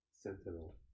Sentinel